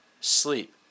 sleep